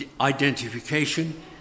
identification